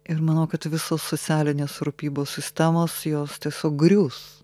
ir manau kad visos socialinės rūpybos sistemos jos sugrius